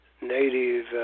native